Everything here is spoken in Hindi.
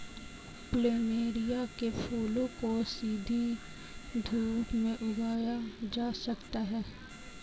प्लमेरिया के फूलों को सीधी धूप में उगाया जा सकता है